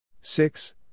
Six